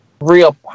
real